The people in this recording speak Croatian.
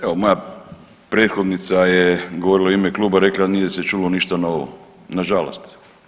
Evo moja prethodnica je govorila u ime kluba i rekla nije se čulo ništa novo, nažalost.